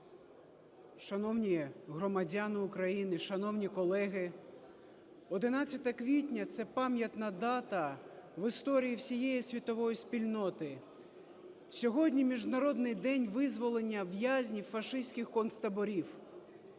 Шановні громадяни України, шановні колеги! 11 квітня – це пам'ятна дата в історії всієї світової спільноти. Сьогодні міжнародний день визволення в'язнів фашистських концтаборів.